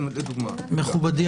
מכובדי,